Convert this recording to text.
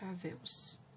travels